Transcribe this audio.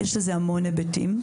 יש לזה המון היבטים.